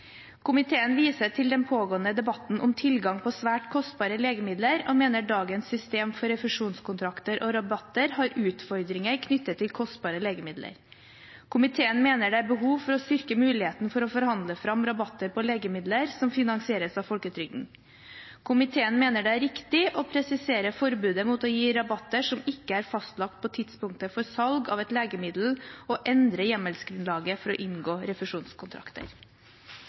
komiteen bl.a. følgende: «Komiteen viser til den pågående debatten om tilgang på svært kostbare legemidler, og mener dagens system for refusjonskontrakter og rabatter har utfordringer knyttet til kostbare legemidler. Komiteen mener det er behov for å styrke muligheten for å forhandle fram rabatter på legemidler som finansieres av folketrygden. Komiteen mener det er riktig å presisere forbudet mot å gi rabatter som ikke er fastlagt på tidspunktet for salget av et legemiddel og endre hjemmelsgrunnlaget for å inngå refusjonskontrakter.»